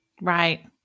Right